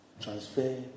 transfer